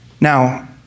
Now